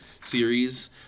series